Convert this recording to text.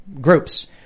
groups